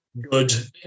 good